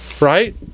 right